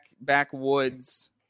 backwoods